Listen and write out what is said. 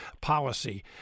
policy